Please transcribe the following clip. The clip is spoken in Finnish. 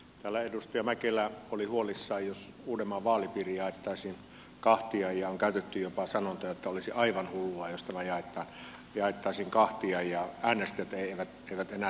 täällä edustaja mäkelä oli huolissaan jos uudenmaan vaalipiiri jaettaisiin kahtia ja on käytetty jopa sanontaa että olisi aivan hullua jos tämä jaettaisiin kahtia ja äänestäjät eivät enää tietäisi ketä äänestää